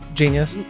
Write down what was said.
genius?